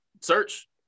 Search